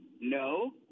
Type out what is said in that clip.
no